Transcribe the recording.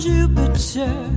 Jupiter